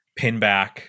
pinback